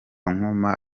nkoma